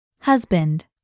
Husband